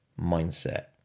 mindset